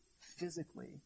physically